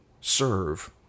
serve